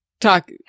talk